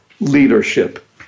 Leadership